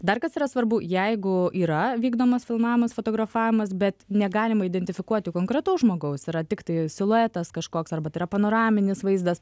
dar kas yra svarbu jeigu yra vykdomas filmavimas fotografavimas bet negalima identifikuoti konkretaus žmogaus yra tiktai siluetas kažkoks arba tai yra panoraminis vaizdas